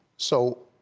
so,